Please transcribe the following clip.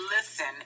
listen